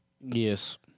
Yes